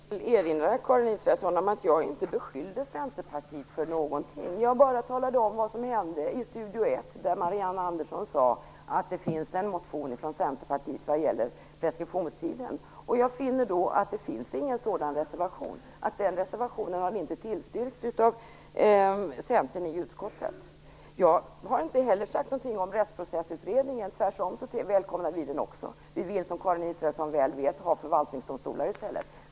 Fru talman! Jag vill erinra Karin Israelsson om att jag inte beskyllde Centerpartiet för någonting. Jag talade bara om vad som hände i Studio ett, där Marianne Andersson sade att det finns en motion från Centerpartiet vad gäller preskriptionstiden. Men jag finner att det inte finns någon sådan reservation, eftersom reservationen inte har tillstyrkts av centern i utskottet. Jag har inte heller haft någon invändning mot Rättsprocessutredningen. Tvärtom välkomnar vi den. Som Karin Israelsson väl vet vill vi ha förvaltningsdomstolar i stället.